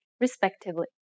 respectively